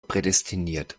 prädestiniert